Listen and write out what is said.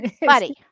buddy